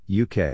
UK